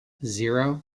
zero